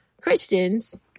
Christians